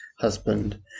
husband